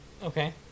Okay